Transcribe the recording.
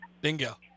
Bingo